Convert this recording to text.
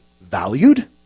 valued